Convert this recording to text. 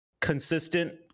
consistent